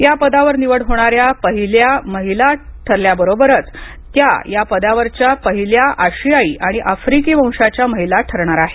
या पदावर निवड होणाऱ्या पहिल्या महिला ठरण्याबरोबरच त्या या पदावरच्या पहिल्या आशियाई आणि आफ्रिकी वंशाच्या महिला ठरणार आहेत